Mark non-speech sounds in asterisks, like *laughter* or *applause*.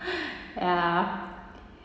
*breath* ya